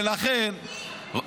לא, אצלכם הכול ערכי.